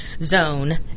zone